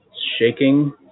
shaking